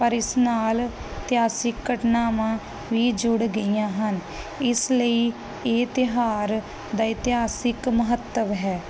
ਪਰ ਇਸ ਨਾਲ ਇਤਿਹਾਸਿਕ ਘਟਨਾਵਾਂ ਵੀ ਜੁੜ ਗਈਆਂ ਹਨ ਇਸ ਲਈ ਇਹ ਤਿਉਹਾਰ ਦਾ ਇਤਿਹਾਸਿਕ ਮਹੱਤਵ ਹੈ